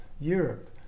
Europe